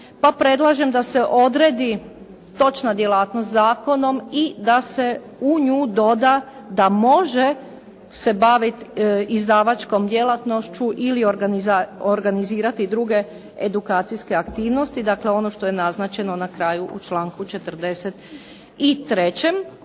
predlažem da se odredi točna djelatnost zakonom i da se u nju doda da može se baviti izdavačkom djelatnošću ili organizirati druge edukacijske aktivnosti, dakle ono što je naznačeno na kraju u članku 43.